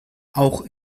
auch